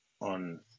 on